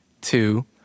two